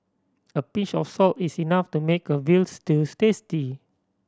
a pinch of salt is enough to make a veal stews tasty